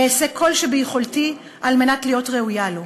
אעשה כל שביכולתי להיות ראויה לו.